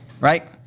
right